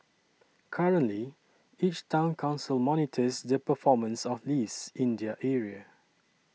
currently each Town Council monitors the performance of lease in their area